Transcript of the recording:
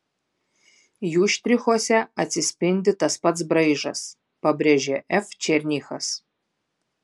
jų štrichuose atsispindi tas pats braižas pabrėžė f černychas